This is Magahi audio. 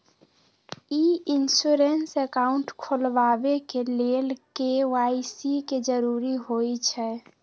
ई इंश्योरेंस अकाउंट खोलबाबे के लेल के.वाई.सी के जरूरी होइ छै